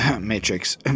matrix